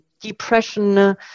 depression